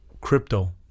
crypto